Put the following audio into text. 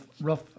rough